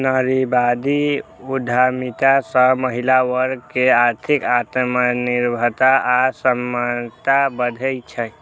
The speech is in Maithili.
नारीवादी उद्यमिता सं महिला वर्ग मे आर्थिक आत्मनिर्भरता आ समानता बढ़ै छै